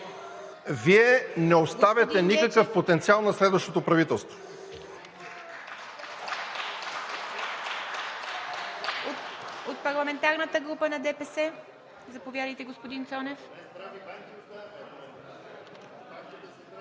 Вие не оставяте никакъв потенциал на следващото правителство.